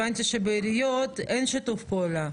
הבנתי שבעיריות אין שיתוף פעולה.